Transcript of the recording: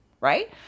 right